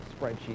spreadsheet